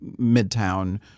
midtown